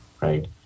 right